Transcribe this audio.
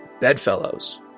Bedfellows